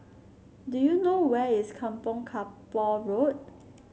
do you know where is Kampong Kapor Road